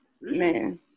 Man